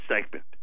segment